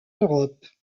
europe